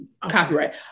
copyright